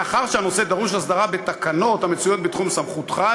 מאחר שהנושא דורש הסדרה בתקנות המצויות בתחום סמכותך,